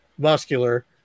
Muscular